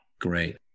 Great